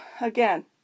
again